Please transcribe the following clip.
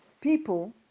people